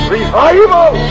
Revival